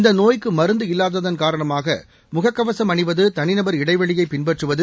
இந்த நோய்க்கு மருந்து இல்லாததன் காரணமாக முக கவசம அணிவது தனிநபா் இடைவெளியை பின்பற்றுவது